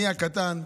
אני הקטן,